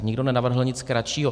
Nikdo nenavrhl nic kratšího.